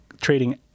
trading